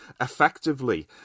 effectively